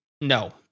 No